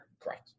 Correct